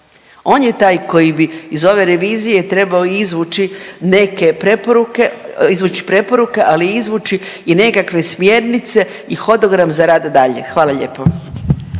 On je taj koji bi iz ove revizije trebao izvući neke preporuke, izvući preporuke ali i izvući i nekakve smjernice i hodogram za rad dalje. Hvala lijepo.